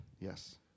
Yes